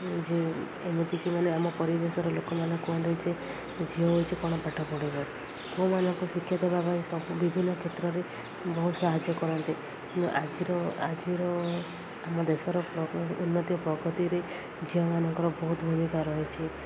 ଯେ ଏମିତିକି ମାନେ ଆମ ପରିବେଶର ଲୋକମାନେ କୁହନ୍ତି ଯେ ଝିଅ ହୋଇଛ କ'ଣ ପାଠ ପଢ଼ିବ ପୁଅମାନଙ୍କୁ ଶିକ୍ଷା ଦେବା ପାଇଁ ସବୁ ବିଭିନ୍ନ କ୍ଷେତ୍ରରେ ବହୁତ ସାହାଯ୍ୟ କରନ୍ତି ଆଜିର ଆଜିର ଆମ ଦେଶର ଉନ୍ନତି ପ୍ରଗତିରେ ଝିଅମାନଙ୍କର ବହୁତ ଭୂମିକା ରହିଛି